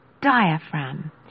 diaphragm